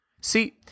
See